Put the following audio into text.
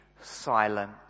silent